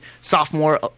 sophomore